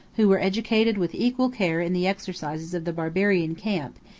who were educated with equal care in the exercises of the barbarian camp,